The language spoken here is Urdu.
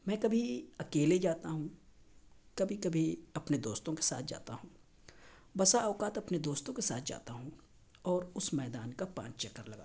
میں کبھی اکیلے جاتا ہوں کبھی کبھی اپنے دوستوں کے ساتھ جاتا ہوں بسا اوقات اپنے دوستوں کے ساتھ جاتا ہوں اور اس میدان کا پانچ چکر لگاتا ہوں